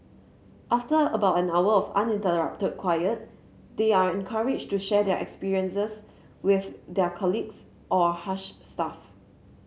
after about an hour of uninterrupted quiet they are encouraged to share their experiences with their colleagues or Hush staff